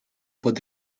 pod